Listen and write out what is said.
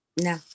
No